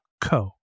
co